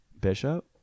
Bishop